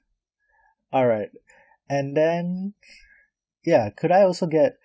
alright and then ya could I also get